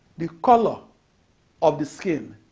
the colour of the skin